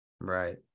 Right